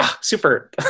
super